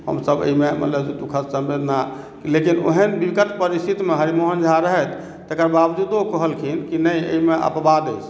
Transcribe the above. हमसभ एहिमे मतलब दुःखद समयमे लेकिन ओहन विकट परिस्थितिमे हरिमोहन झा रहथि तकर बावजूदो ओ कहलखिन कि नहि एहिमे अपवाद अछि तऽ ओ